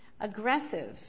Aggressive